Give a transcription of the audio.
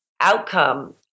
outcome